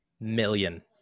Million